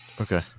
Okay